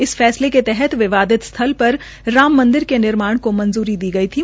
इस फैसले के तहत विवादित स्थल र राम मंदिर की निर्माण को मंजूरी दी गई थी